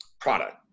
product